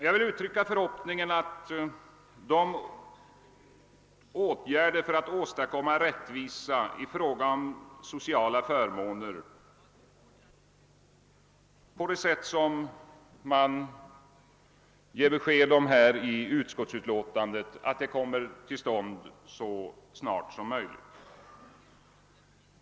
Jag vill uttrycka förhoppningen att de åtgärder för att åstadkomma rättvisa i fråga om sociala förmåner som förordas i utskottsutlåtandet kommer att vidtagas så snart som möjligt.